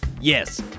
Yes